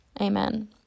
Amen